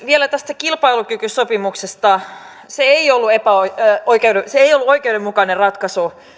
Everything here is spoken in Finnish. vielä tästä kilpailukykysopimuksesta se ei ollut oikeudenmukainen ratkaisu